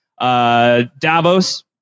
Davos